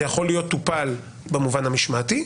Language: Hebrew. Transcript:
זה יכול להיות טופל במובן המשמעתי,